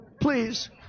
Please